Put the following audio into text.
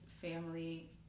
family